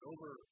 Over